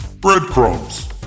breadcrumbs